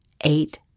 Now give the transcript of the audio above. eight